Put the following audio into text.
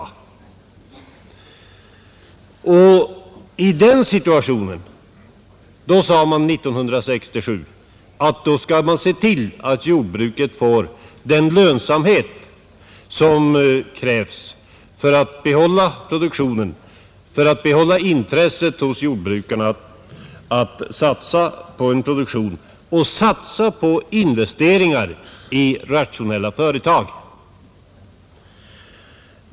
1967 sade man att man skulle se till att jordbruket fick den lönsamhet som krävdes för att behålla produktionen, för att behålla intresset hos jordbrukarna att satsa på en produktion och satsa på investeringar i rationella företag.